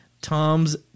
Tom's